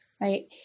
right